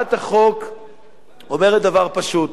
הצעת החוק אומרת דבר פשוט: